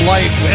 Life